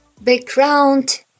background